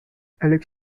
alex